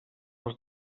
els